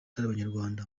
abanyarwanda